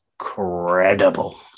incredible